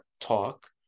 talk